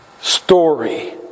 story